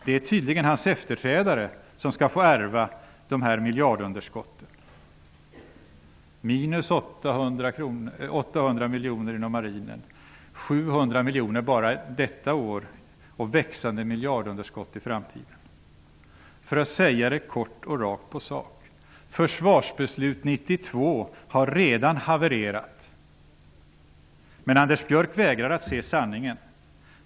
Det är tydligen hans efterträdare som skall få ärva dessa miljardunderskott -- minus 800 miljoner inom marinen, 700 miljoner bara detta år och växande miljardunderskott i framtiden. För att säga det kort och rakt på sak: 1992 års försvarsbeslut har redan havererat. Men Anders Björck vägrar att se sanningen.